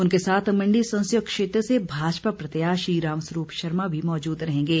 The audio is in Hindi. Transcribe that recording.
उनके साथ मंडी संसदीय क्षेत्र से भाजपा प्रत्याशी रामस्वरूप शर्मा भी मौजूद रहेंगे